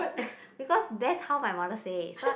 because that's how my mother say so